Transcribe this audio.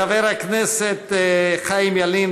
חבר הכנסת חיים ילין,